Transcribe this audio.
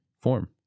Form